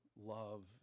love